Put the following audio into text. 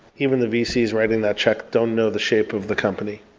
even the vcs writing that check don't know the shape of the company.